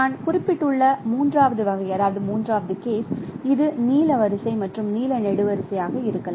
நான் குறிப்பிட்டுள்ள மூன்றாவது வகை இது நீல வரிசை மற்றும் நீல நெடுவரிசையாக இருக்கலாம்